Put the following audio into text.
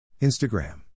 Instagram